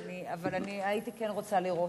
אבל אני כן הייתי רוצה לראות.